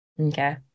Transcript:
Okay